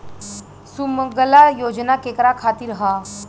सुमँगला योजना केकरा खातिर ह?